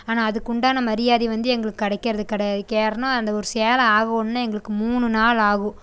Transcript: ஆனால் அதுக்குண்டான மரியாதை வந்து எங்களுக்கு கிடைக்கிறது கிடையாது கேரணோம் அந்த ஒரு சேலை ஆகோணுனால் எங்களுக்கு மூணு நாள் ஆகும்